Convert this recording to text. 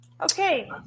Okay